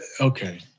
okay